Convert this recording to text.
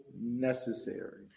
necessary